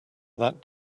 that